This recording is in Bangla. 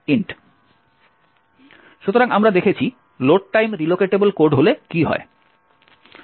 সুতরাং আমরা দেখেছি লোড টাইম রিলোকেটেবল কোড হলে কি হয়